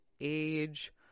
age